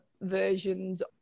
versions